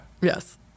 Yes